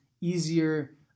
easier